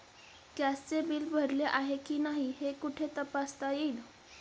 गॅसचे बिल भरले आहे की नाही हे कुठे तपासता येईल?